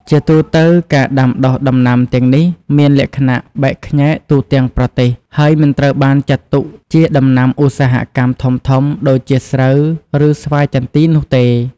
ជាទូទៅ ការដាំដុះដំណាំទាំងនេះមានលក្ខណៈបែកខ្ញែកទូទាំងប្រទេស ហើយមិនត្រូវបានចាត់ទុកជាដំណាំឧស្សាហកម្មធំៗដូចជាស្រូវ ឬស្វាយចន្ទីនោះទេ។